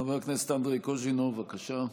חבר הכנסת אנדרי קוז'ינוב, בבקשה.